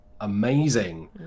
amazing